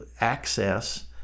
access